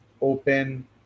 open